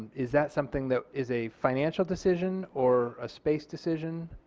is that something that is a financial decision or a space decision?